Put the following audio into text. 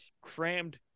crammed